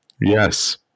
yes